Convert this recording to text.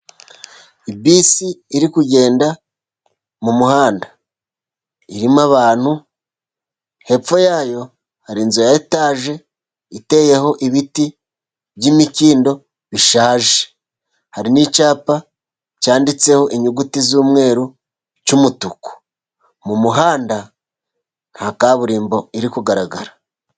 Bisi iri kugenda mu muhanda irimo abantu. Hepfo yayo hari inzu ya etaje, iteyeho ibiti by'imikindo bishaje. Hari n'icyapa cyanditseho inyuguti z'umweru cy'umutuku. Mu muhanda nta kaburimbo iri kugaragara.